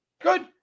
good